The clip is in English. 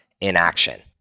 inaction